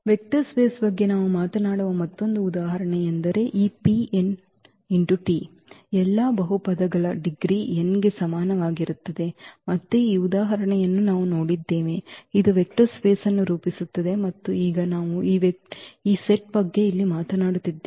vector ಸ್ಪೇಸ್ದ ಬಗ್ಗೆ ನಾವು ಮಾತನಾಡುವ ಮತ್ತೊಂದು ಉದಾಹರಣೆಯೆಂದರೆ ಈ ಎಲ್ಲಾ ಬಹುಪದಗಳ ಡಿಗ್ರಿ n ಗೆ ಸಮನಾಗಿರುತ್ತದೆ ಮತ್ತೆ ಈ ಉದಾಹರಣೆಯನ್ನು ನಾವು ನೋಡಿದ್ದೇವೆ ಇದು ವೆಕ್ಟರ್ ಸ್ಪೇಸ್ವನ್ನು ರೂಪಿಸುತ್ತದೆ ಮತ್ತು ಈಗ ನಾವು ಈ ಸೆಟ್ ಬಗ್ಗೆ ಇಲ್ಲಿ ಮಾತನಾಡುತ್ತಿದ್ದೇವೆ